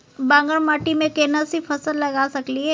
बांगर माटी में केना सी फल लगा सकलिए?